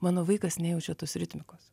mano vaikas nejaučia tos ritmikos